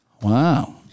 Wow